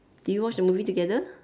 did we watch the movie together